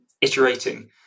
iterating